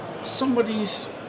somebody's